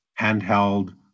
handheld